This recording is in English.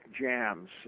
jams